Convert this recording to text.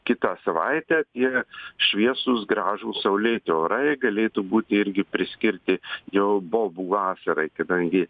kitą savaitę tie šviesūs gražūs saulėti orai galėtų būti irgi priskirti jau bobų vasarai kadangi